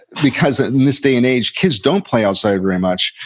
because in this day and age, kids don't play outside very much,